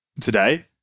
today